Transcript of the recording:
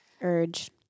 urge